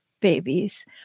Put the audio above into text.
babies